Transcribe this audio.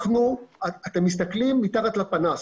אתם מסתכלים מתחת לפנס.